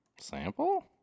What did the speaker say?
Sample